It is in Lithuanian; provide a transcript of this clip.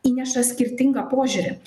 įneša skirtingą požiūrį